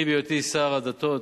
אני בהיותי שר הדתות